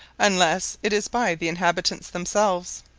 unless it is by the inhabitants themselves.